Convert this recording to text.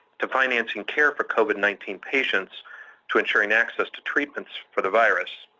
to financing care for covid nineteen patients to ensuring access to treatments for the virus.